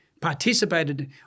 participated